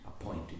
appointed